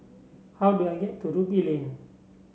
how do I get to Ruby Lane